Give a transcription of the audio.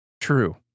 True